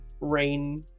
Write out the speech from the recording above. rain